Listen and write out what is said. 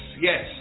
yes